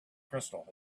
crystal